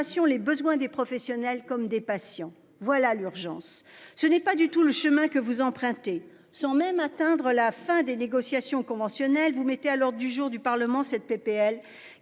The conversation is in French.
les besoins des professionnels comme des patients, voilà l'urgence ce n'est pas du tout le chemin que vous empruntez sans même atteindre la fin des négociations conventionnelles, vous mettez à l'ordre du jour du Parlement cette PPL